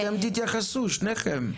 אתם תתייחסו, שניכם.